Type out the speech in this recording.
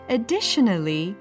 Additionally